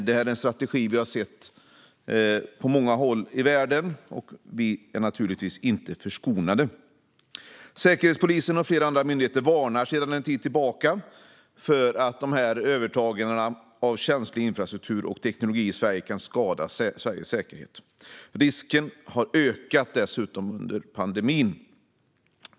Det är en strategi som vi har sett på många håll i världen, och vi är naturligtvis inte förskonade. Säkerhetspolisen och flera andra myndigheter varnar sedan en tid tillbaka för att dessa övertaganden av känslig infrastruktur och teknologi i Sverige kan skada Sveriges säkerhet. Risken har dessutom ökat under pandemin.